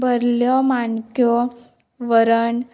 भरल्यो माणक्यो वरण